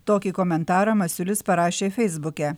tokį komentarą masiulis parašė feisbuke